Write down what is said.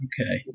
Okay